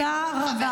תודה רבה.